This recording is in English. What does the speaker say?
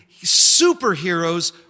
superheroes